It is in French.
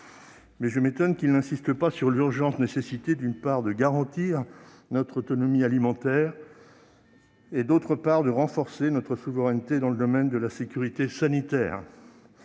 Mais je m'étonne qu'il n'insiste pas sur l'urgente nécessité, d'une part, de garantir notre autonomie alimentaire et, d'autre part, de renforcer notre souveraineté dans le domaine de la sécurité sanitaire.